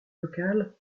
locale